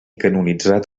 canonitzat